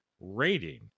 rating